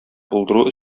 булдыру